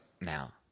Now